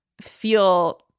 feel